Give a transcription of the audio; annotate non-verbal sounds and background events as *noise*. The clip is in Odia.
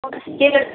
*unintelligible*